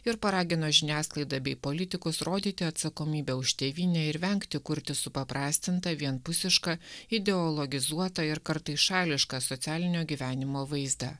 ir paragino žiniasklaidą bei politikus rodyti atsakomybę už tėvynę ir vengti kurti supaprastintą vienpusišką ideologizuotą ir kartais šališką socialinio gyvenimo vaizdą